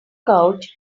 couch